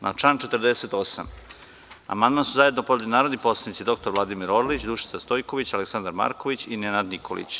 Na član 48. amandman su zajedno podneli narodni poslanici dr Vladimir Orlić, Dušica Stojković, Aleksandar Marković i Nenad Nikolić.